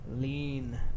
Lean